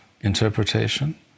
interpretation